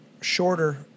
Shorter